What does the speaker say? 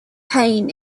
pain